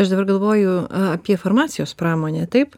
aš dabar galvoju apie farmacijos pramonę taip